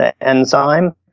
enzyme